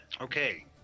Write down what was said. Okay